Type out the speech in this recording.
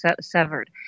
severed